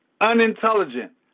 unintelligent